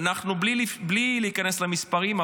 מבלי להיכנס למספרים,